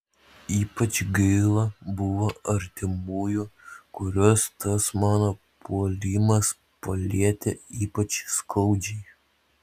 ypač gaila buvo artimųjų kuriuos tas mano puolimas palietė ypač skaudžiai